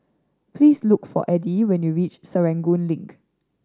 please look for Eddy when you reach Serangoon Link